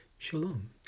Shalom